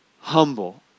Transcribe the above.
humble